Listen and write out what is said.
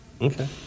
Okay